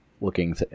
looking